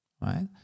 Right